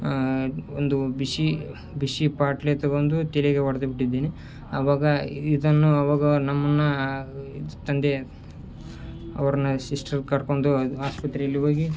ಒಂದು ಬಿಸಿ ಬಿಸಿ ಪಾಟ್ಲೆ ತಗೊಂಡು ತಲೆಗೆ ಹೊಡ್ದು ಬಿಟ್ಟಿದ್ದೀನಿ ಆವಾಗ ಇದನ್ನು ಆವಾಗ ನಮ್ಮನ್ನು ಇದು ತಂದೆ ಅವ್ರನ್ನ ಸಿಸ್ಟೆರ್ ಕರ್ಕೊಂಡು ಆಸ್ಪತ್ರೆಯಲ್ಲಿ ಹೋಗಿ